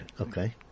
Okay